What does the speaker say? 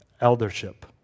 eldership